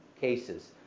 cases